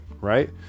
right